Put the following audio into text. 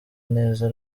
neza